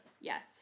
Yes